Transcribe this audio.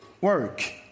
work